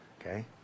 Okay